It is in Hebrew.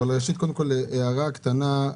ראשית, קודם כל הערה קטנה.